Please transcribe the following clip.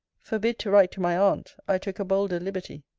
forbid to write to my aunt, i took a bolder liberty.